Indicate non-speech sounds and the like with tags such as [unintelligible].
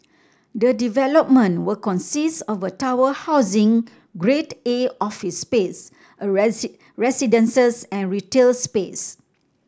the development will consist of a tower housing Grade A office space [unintelligible] residences and retail space